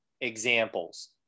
examples